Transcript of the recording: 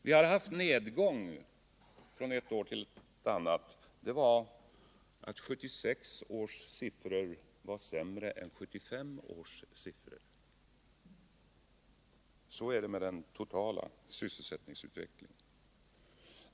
Vi hade en nedgång från ett år till ett annat; 1976 års siffror var sämre än 1975 års. Så är det med den totala sysselsättningsutvecklingen.